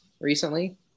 recently